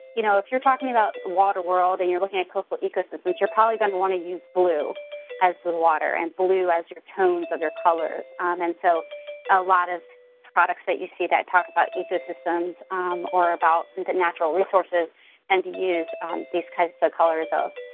you know if you're talking about water world and your looking at coastal ecosystems, you're probably gonna wanna use blue as the water, and blue as your tones of your colors. and so a lot of products that you see that talk about ecosystems or about the natural resources and to use these kinds of so colors of